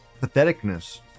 patheticness